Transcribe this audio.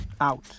out